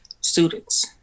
students